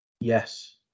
Yes